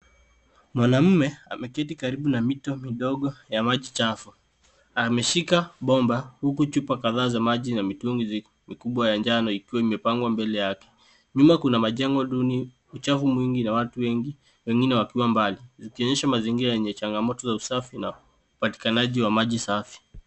Mwanaume ameketi karibu na mito midogo ya maji chafu. Ameshika bomba huku chupa kadhaa za maji na mitungi mikubwa ya njano ikiwa imepangwa mbele yake. Nyuma kuna majengo duni, uchafu mwingi na watu wengi wengine wakiwa mbali ikionyesha mazingira yenye changamoto ya usafi na upatikanaji wa maji safi.